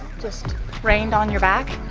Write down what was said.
just rained on your back?